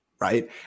right